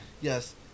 Yes